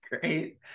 great